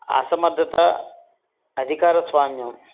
అసమర్థత అధికారస్వామ్యం